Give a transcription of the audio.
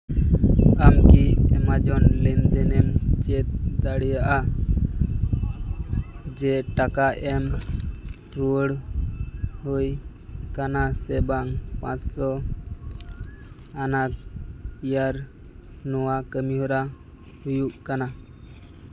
ᱟᱢ ᱠᱤ ᱮᱢᱟᱡᱚᱱ ᱞᱮᱱᱫᱮᱱ ᱮᱢ ᱪᱮᱫ ᱫᱟᱲᱮᱭᱟᱜᱼᱟ ᱡᱮ ᱴᱟᱠᱟ ᱮᱢ ᱨᱩᱣᱟᱹᱲ ᱦᱩᱭ ᱠᱟᱱᱟ ᱥᱮ ᱵᱟᱝ ᱯᱟᱥᱥᱚ ᱟᱱᱟᱜᱽ ᱤᱭᱟᱨ ᱱᱚᱣᱟ ᱠᱟᱹᱢᱤᱦᱚᱨᱟ ᱦᱩᱭᱩᱜ ᱠᱟᱱᱟ